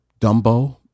Dumbo